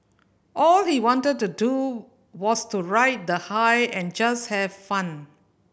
all he wanted to do was to ride the high and just have fun